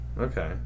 Okay